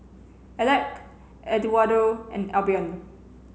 Alec Eduardo and Albion